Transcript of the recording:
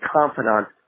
confidant